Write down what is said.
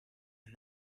and